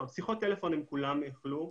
שיחות טלפון כולם יכלו,